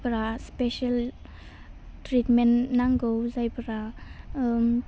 जायफ्रा special treatment नांगौ जायफ्रा